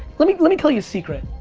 let me let me tell you a secret.